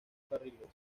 carriles